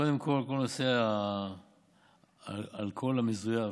קודם כול, כל נושא האלכוהול המזויף,